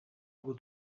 will